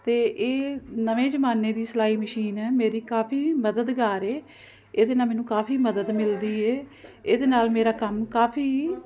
ਅਤੇ ਇਹ ਨਵੇਂ ਜ਼ਮਾਨੇ ਦੀ ਸਿਲਾਈ ਮਸ਼ੀਨ ਹੈ ਮੇਰੀ ਕਾਫ਼ੀ ਮਦਦਗਾਰ ਹੈ ਇਹਦੇ ਨਾਲ ਮੈਨੂੰ ਕਾਫ਼ੀ ਮਦਦ ਮਿਲਦੀ ਹੈ ਇਹਦੇ ਨਾਲ ਮੇਰਾ ਕੰਮ ਕਾਫ਼ੀ